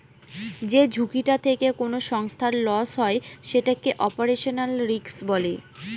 যে ঝুঁকিটা থেকে কোনো সংস্থার লস হয় সেটাকে অপারেশনাল রিস্ক বলে